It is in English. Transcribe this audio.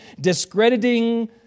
discrediting